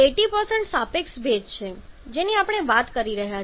તે 80 સાપેક્ષ ભેજ છે જેની આપણે વાત કરી રહ્યા છીએ